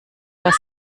das